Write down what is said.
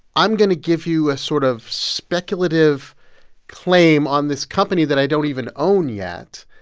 i'm going to give you a sort of speculative claim on this company that i don't even own yet,